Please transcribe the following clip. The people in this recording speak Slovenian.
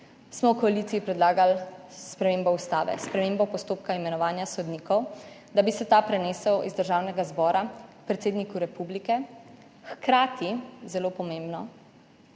smo v koaliciji predlagali spremembo ustave, spremembo postopka imenovanja sodnikov, da bi se ta prenesel z Državnega zbora na predsednika republike, hkrati, kar je zelo pomembno,